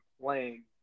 playing